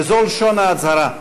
וזו לשון ההצהרה: